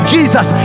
Jesus